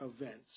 events